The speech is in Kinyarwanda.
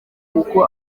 uko